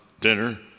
dinner